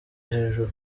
hejuru